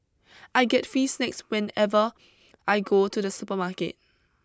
I get fee snacks whenever I go to the supermarket